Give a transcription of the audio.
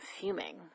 fuming